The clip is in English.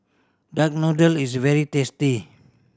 duck noodle is very tasty